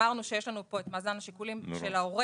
אמרנו שיש לנו פה את מאזן השיקולים של ההורה